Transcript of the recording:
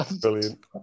Brilliant